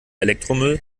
elektromüll